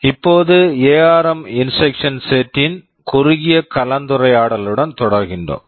இப்போது ARM ARM instruction Instruction set set ன் குறுகிய கலந்துரையாடலுடன் தொடர்கின்றோம்